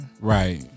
Right